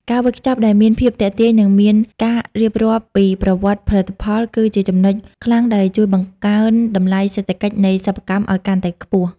ការវេចខ្ចប់ដែលមានភាពទាក់ទាញ និងមានការរៀបរាប់ពីប្រវត្តិផលិតផល គឺជាចំណុចខ្លាំងដែលជួយបង្កើនតម្លៃសេដ្ឋកិច្ចនៃសិប្បកម្មឱ្យកាន់តែខ្ពស់។